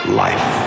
life